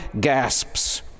gasps